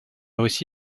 aussi